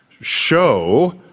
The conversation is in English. show